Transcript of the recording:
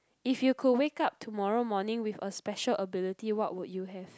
if you could wake up tomorrow morning with a special ability what would you have